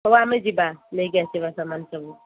ହୋଉ ଆମେ ଯିବା ନେଇକି ଆସିବା ସାମାନ ସବୁ